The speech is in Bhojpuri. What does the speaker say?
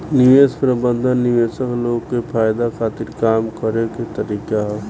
निवेश प्रबंधन निवेशक लोग के फायदा खातिर काम करे के तरीका ह